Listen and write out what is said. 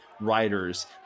writers